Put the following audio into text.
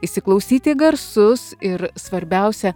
įsiklausyti į garsus ir svarbiausia